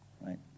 right